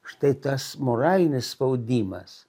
štai tas moralinis spaudimas